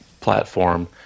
platform